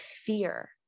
fear